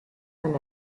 and